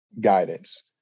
guidance